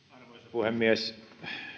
puhemies